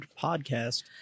Podcast